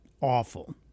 awful